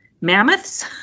mammoths